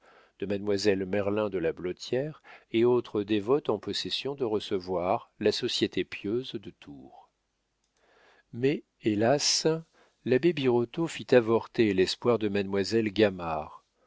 de mademoiselle merlin de la blottière et autres dévotes en possession de recevoir la société pieuse de tours mais hélas l'abbé birotteau fit avorter l'espoir de mademoiselle